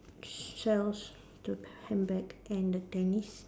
sells the handbag and the tennis